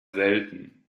selten